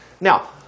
Now